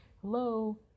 hello